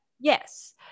Yes